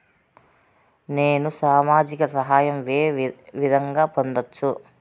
నేను సామాజిక సహాయం వే విధంగా పొందొచ్చు?